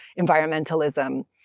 environmentalism